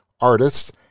artists